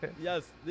Yes